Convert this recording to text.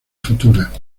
futura